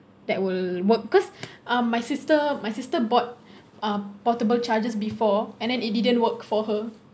that will work cause um my sister my sister bought uh portable charges before and then it didn't work for her